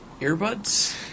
earbuds